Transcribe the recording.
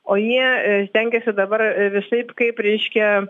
o jie stengiasi dabar visaip kaip reiškia